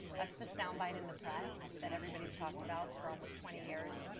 that's the sound bite in the press that everybody's talked about for almost twenty years.